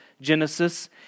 Genesis